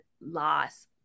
loss